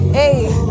hey